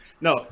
No